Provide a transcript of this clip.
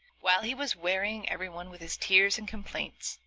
while he was wearying every one with his tears and complaints,